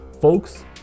Folks